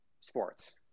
sports